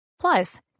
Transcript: Plus